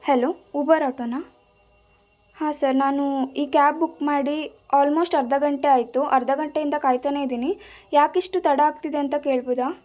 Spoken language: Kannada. ಹೆಲೋ ಊಬರ್ ಆಟೋನಾ ಹಾಂ ಸರ್ ನಾನು ಈ ಕ್ಯಾಬ್ ಬುಕ್ ಮಾಡಿ ಆಲ್ಮೋಸ್ಟ್ ಅರ್ಧ ಗಂಟೆ ಆಯಿತು ಅರ್ಧ ಗಂಟೆಯಿಂದ ಕಾಯ್ತಾನೇ ಇದ್ದೀನಿ ಯಾಕಿಷ್ಟು ತಡ ಆಗ್ತಿದೆ ಅಂತ ಕೇಳ್ಬೋದಾ